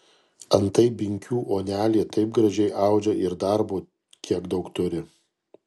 antai binkių onelė taip gražiai audžia ir darbo kiek daug turi